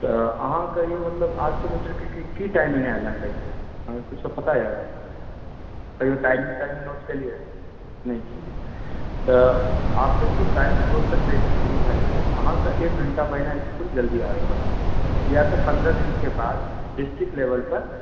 तऽ अहाँ कहियौ मतलब आठ सए मीटर के की टाइमिंग आयलहँ अहाँके कुछो पता यऽ कहियो टाइमिंग ताइमिंग नोट केलिया नहि केलिये तऽ आब देखियौ कालि भोरसँ ट्रेनिंग सुरु भए जेतै एक घण्टा पहिने इसकुल जल्दी आबय परत किया तऽ पन्द्रह दिन के बाद डिस्ट्रिक्ट लेवल पर